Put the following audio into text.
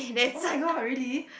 oh-my-god really